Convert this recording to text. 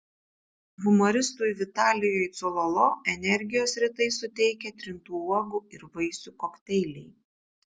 humoristui vitalijui cololo energijos rytais suteikia trintų uogų ir vaisių kokteiliai